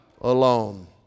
alone